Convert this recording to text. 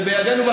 זה בידינו,